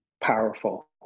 powerful